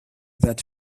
that